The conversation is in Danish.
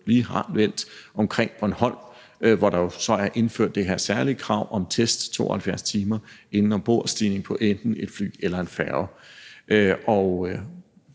lige har vendt, omkring Bornholm, hvor der er indført det her særlige krav om test 72 timer inden ombordstigning på enten et fly eller en færge.